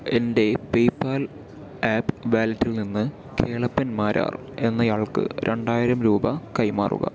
എൻ്റെ PayPal app വാലറ്റിൽ നിന്ന് കേളപ്പൻ മാരാർ എന്നയാൾക്ക് രണ്ടായിരം രൂപ കൈമാറുക